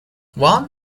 one